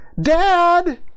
Dad